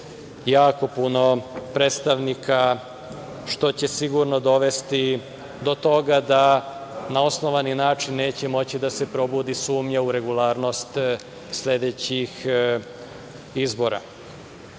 jako puno predstavnika što će sigurno dovesti do toga da na osnovani način neće moći da će da se probudi sumnja u regularnost sledećih izbora. Da